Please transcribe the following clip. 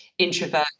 Introvert